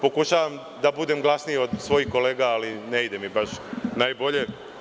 Pokušavam da budem glasniji od svojih kolega, ali ne ide mi baš najbolje.